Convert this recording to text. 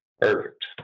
Perfect